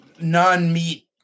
non-meat